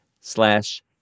slash